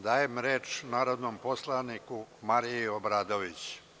Dajem reč narodnom poslaniku Mariji Obradović.